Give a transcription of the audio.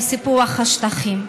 לסיפוח השטחים,